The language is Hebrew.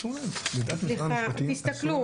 בעיה,